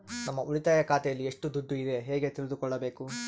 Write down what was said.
ನಮ್ಮ ಉಳಿತಾಯ ಖಾತೆಯಲ್ಲಿ ಎಷ್ಟು ದುಡ್ಡು ಇದೆ ಹೇಗೆ ತಿಳಿದುಕೊಳ್ಳಬೇಕು?